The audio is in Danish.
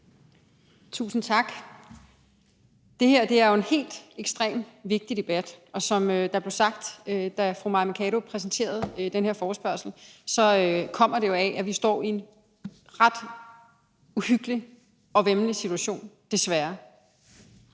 Tusind tak. Det her er jo en helt ekstrem vigtig debat, og som der blev sagt, da fru Mai Mercado præsenterede den her forespørgsel, kommer det jo af, at vi står i en ret uhyggelig og væmmelig situation, desværre.